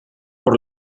por